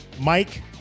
Mike